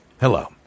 Hello